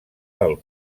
del